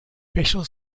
facial